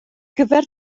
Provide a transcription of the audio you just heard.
gyfer